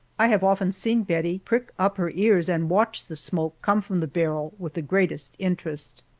i have often seen bettie prick up her ears and watch the smoke come from the barrel with the greatest interest.